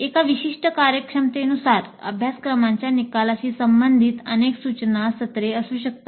एका विशिष्ट कार्यक्षमतेनुसार अभ्यासक्रमाच्या निकालाशी संबंधित अनेक सूचना सत्रे असू शकतात